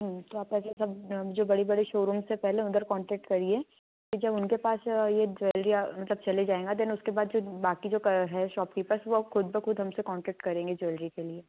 तो आप ऐसे सब जो बड़े बड़े शोरूम्स है पहले उधर कॉन्टैक्ट करिए फिर जब उनके पास ये ज्वेलरियाँ मतलब चले जाएगा देन उसके बाद जो बाकी जो का है शॉपकीपर्स वो ख़ुद ब ख़ुद हमसे कॉन्टैक्ट हमसे ज्वेलरी के लिए